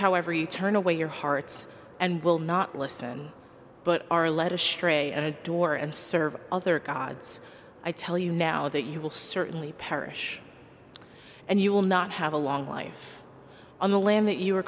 however you turn away your hearts and will not listen but are led astray and adore and serve other gods i tell you now that you will certainly perish and you will not have a long life on the lamb that you are